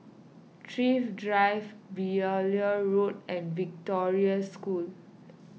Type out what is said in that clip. Thrift Drive Beaulieu Road and Victoria School